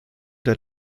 der